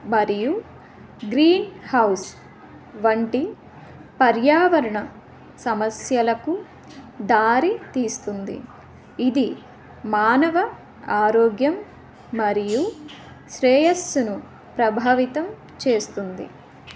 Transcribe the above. మరియు గ్రీన్హౌస్ వంటి పర్యావరణ సమస్యలకు దారి తీస్తుంది ఇది మానవ ఆరోగ్యం మరియు శ్రేయస్సును ప్రభావితం చేస్తుంది